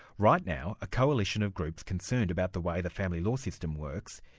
right now, a coalition of groups concerned about the way the family law system works,